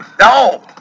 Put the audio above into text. No